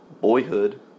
Boyhood